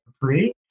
free